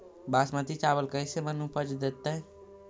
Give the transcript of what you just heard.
बासमती चावल कैसे मन उपज देतै?